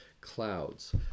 clouds